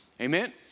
Amen